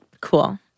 Cool